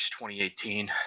2018